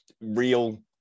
real